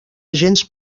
gens